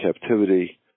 captivity